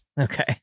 okay